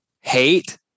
hate